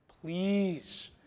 Please